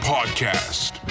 Podcast